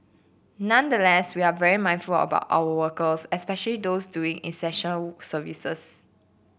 we are very mindful about our workers especial those doing essential services